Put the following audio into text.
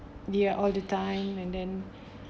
ya all the time and then